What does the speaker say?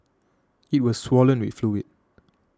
it was swollen with fluid